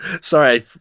sorry